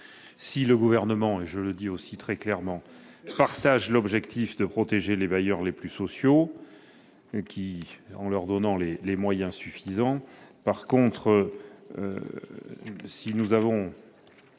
Si le Gouvernement, et je le dis aussi très clairement, partage l'objectif de protéger les bailleurs les plus sociaux, en leur donnant les moyens suffisants, deux mesures proposées